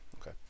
okay